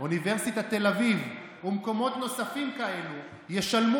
אוניברסיטת תל אביב ומקומות נוספים כאלו ישלמו